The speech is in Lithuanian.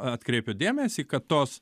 atkreipiu dėmesį kad tos